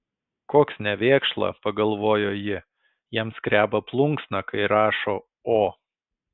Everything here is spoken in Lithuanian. koks nevėkšla pagalvojo ji jam skreba plunksna kai rašo o